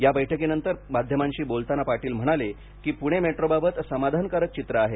या बैठकीनंतर माध्यमांशी बोलताना पाटील म्हणाले की पुणे मेट्रोबाबत समाधानकारक चित्र आहे